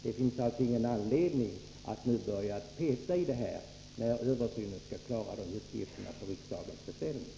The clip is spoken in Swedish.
Det finns alltså ingen anledning att börja peta i det här, när översynen skall omfatta dessa uppgifter på riksdagens beställning.